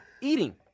Eating